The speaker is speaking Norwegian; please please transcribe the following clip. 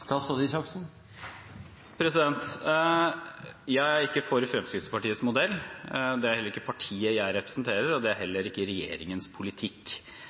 Jeg er ikke for Fremskrittspartiets modell, det er heller ikke det partiet jeg representerer, og det er heller ikke regjeringens politikk.